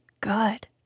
good